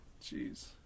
Jeez